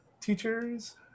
teachers